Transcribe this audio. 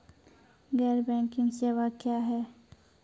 गैर बैंकिंग सेवा क्या हैं?